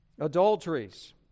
Adulteries